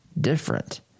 different